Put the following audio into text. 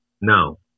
No